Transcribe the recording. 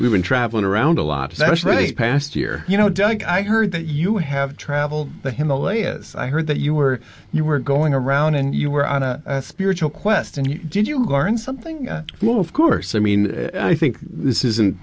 we've been traveling around a lot especially the past year you know doug i heard that you have traveled the himalayas i heard that you were you were going around and you were on a spiritual quest and did you learn something well of course i mean i think this isn't